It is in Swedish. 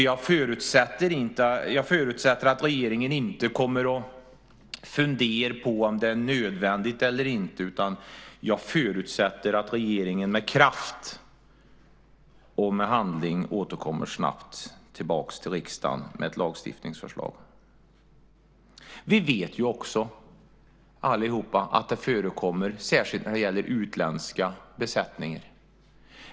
Jag förutsätter därför att regeringen inte kommer att fundera på om det är nödvändigt eller inte utan att regeringen med kraft och handling snabbt återkommer till riksdagen med ett lagstiftningsförslag. Vi vet alla att detta förekommer, särskilt när det gäller utländska besättningar.